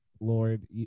Lord